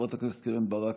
חברת הכנסת קרן ברק,